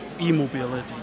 e-mobility